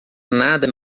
nada